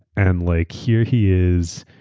and like here he is,